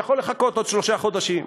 יכול לחכות עוד שלושה חודשים.